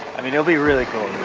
i mean, it'll be really cool